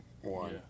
One